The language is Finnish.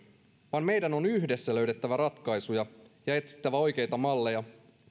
vastoin meidän on yhdessä löydettävä ratkaisuja ja etsittävä oikeita malleja